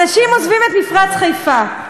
אנשים עוזבים את מפרץ חיפה,